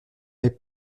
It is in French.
est